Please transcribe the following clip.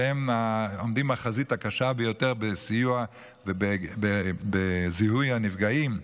שעומדים בחזית הקשה ביותר בזיהוי הנפגעים,